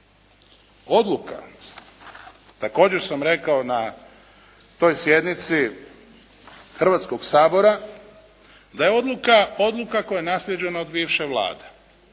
Odluka, također sam rekao na toj sjednici Hrvatskoga sabora da je odluka odluka koja je naslijeđena od bivše Vlade.